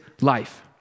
life